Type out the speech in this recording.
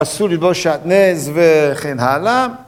‫אסור ללבוש שעטננז וכן הלאה.